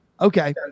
Okay